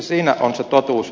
siinä on se totuus